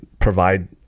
provide